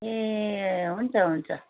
ए हुन्छ हुन्छ